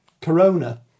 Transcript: Corona